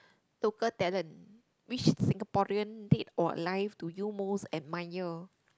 local talent which Singaporean dead or alive do you most admire